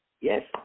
yes